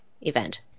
event